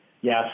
yes